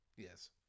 Yes